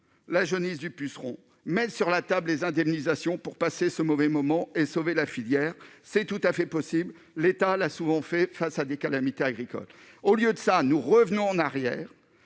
la jaunisse du puceron -, mettre sur la table les indemnisations pour passer ce mauvais moment et sauver la filière. C'est tout à fait possible : l'État l'a souvent fait face à des calamités agricoles. Au lieu de ça, nous revenons en arrière,